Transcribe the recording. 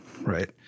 right